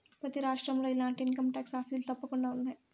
ప్రతి రాష్ట్రంలో ఇలాంటి ఇన్కంటాక్స్ ఆఫీసులు తప్పకుండా ఉన్నాయి